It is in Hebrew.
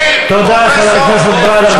אין פרופסור, תודה, חבר הכנסת ברוורמן.